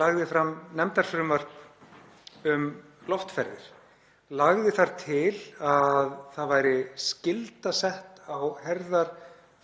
lagði fram nefndarfrumvarp um loftferðir, lagði þar til að sú skylda væri sett á herðar